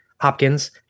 Hopkins